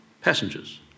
passengers